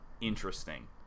Interesting